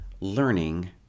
learning